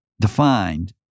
defined